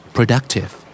Productive